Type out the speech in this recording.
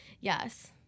Yes